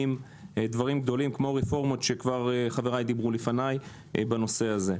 דברים גדולים כמו רפורמות שחבריי דיברו עליהן לפניי בנושא הזה.